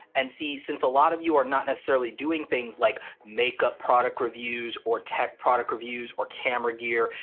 and see, since a lot of you are not necessarily doing things like makeup product reviews, or tech product reviews, or camera gear,